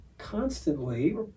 constantly